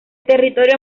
territorio